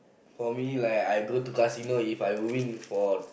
for me like I go to casino If I win for